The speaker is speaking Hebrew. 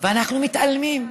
ואנחנו מתעלמים.